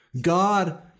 God